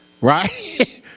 right